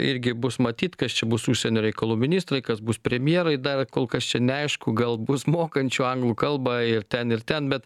irgi bus matyt kas čia bus užsienio reikalų ministrai kas bus premjerai dar kol kas čia neaišku gal bus mokančių anglų kalbą ir ten ir ten bet